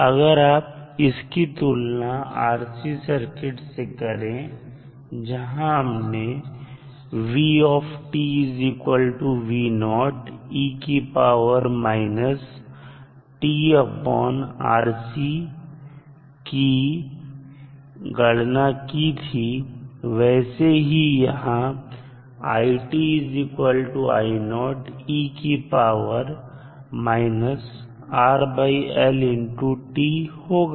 अगर आप इसकी तुलना RC सर्किट से करें जहां हमने की गणना की थी वैसे ही यहां होगा